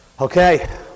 okay